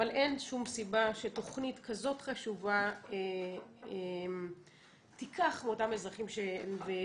אבל אין שום סיבה שתוכנית כזאת חשובה תילקח מאותם אזרחים ואזרחיות,